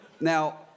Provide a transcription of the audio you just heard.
Now